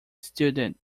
student